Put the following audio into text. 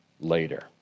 later